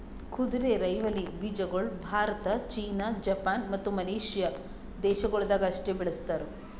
ಕುದುರೆರೈವಲಿ ಬೀಜಗೊಳ್ Bharat, China, Japan, ಮತ್ತ ಮಲೇಷ್ಯಾ ದೇಶಗೊಳ್ದಾಗ್ ಅಷ್ಟೆ ಬೆಳಸ್ತಾರ್